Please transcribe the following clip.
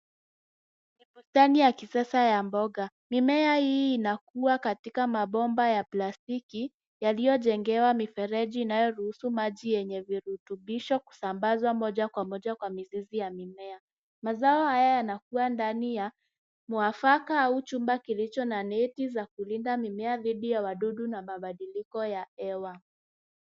Ni bustani ya kisasa ya mboga, mimea hii inakuwa katika mabomba ya plastiki yaliyojengewa mifereji inayoruhusu maji yenye virutubisho kusambazwa moja kwa moja kwa mizizi ya mimea. Mazao haya yanakuwa ndani ya mwafaka au chumba kilicho na neti za kulinda mimea dhidi ya wadudu na mabadiliko ya hewa.